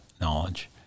knowledge